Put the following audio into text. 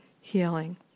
healing